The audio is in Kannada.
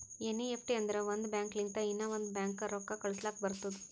ಎನ್.ಈ.ಎಫ್.ಟಿ ಅಂದುರ್ ಒಂದ್ ಬ್ಯಾಂಕ್ ಲಿಂತ ಇನ್ನಾ ಒಂದ್ ಬ್ಯಾಂಕ್ಗ ರೊಕ್ಕಾ ಕಳುಸ್ಲಾಕ್ ಬರ್ತುದ್